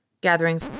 gathering